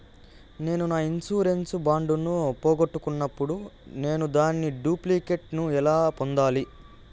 నేను నా insurance bond ను పోగొట్టుకున్నప్పుడు నేను దాని డూప్లికేట్ ను ఎలా పొందాలి?